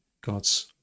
God's